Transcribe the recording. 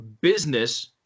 business